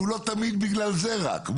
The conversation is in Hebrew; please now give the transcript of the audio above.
שהוא לא תמיד בגלל זה רק,